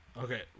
Okay